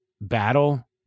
battle